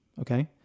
okay